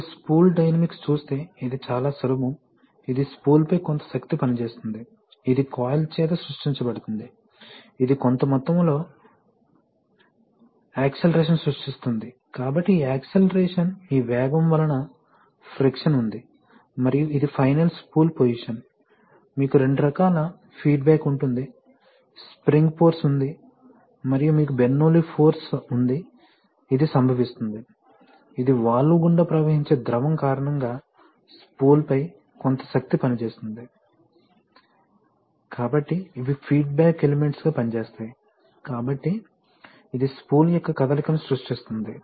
మీరు spool dynamics చూస్తే ఇది చాలా సులభం ఇది స్పూల్పై కొంత శక్తి పనిచేస్తుంది ఇది కాయిల్ చేత సృష్టించబడుతుంది ఇది కొంత మొత్తంలో యాక్సిలరేషన్ సృష్టిస్తుంది కాబట్టి ఈ యాక్సిలరేషన్ ఈ వేగం వలన ఫ్రిక్షన్ ఉంది మరియు ఇది ఫైనల్ స్పూల్ పోసిషన్ మీకు రెండు రకాల ఫీడ్బ్యాక్ ఉంటుంది స్ప్రింగ్ ఫోర్స్ ఉంది మరియు మీకు బెర్నౌల్లి ఫోర్స్ ఉంది ఇది సంభవిస్తుంది ఇది వాల్వ్ గుండా ప్రవహించే ద్రవం కారణంగా స్పూల్పై కొంత శక్తి పనిచేస్తుంది కాబట్టి ఇవి ఫీడ్బ్యాక్ ఎలిమెంట్స్ గా పనిచేస్తాయి కాబట్టి ఇది స్పూల్ యొక్క కదలికను సృష్టిస్తుంది